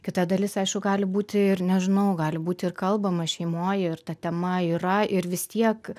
kita dalis aišku gali būti ir nežinau gali būt ir kalbama šeimoj ir ta tema yra ir vis tiek